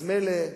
מילא,